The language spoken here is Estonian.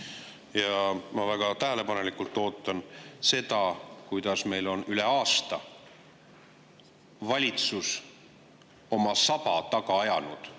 Ja ma olen väga tähelepanelikult [jälginud], kuidas meil on üle aasta valitsus oma saba taga ajanud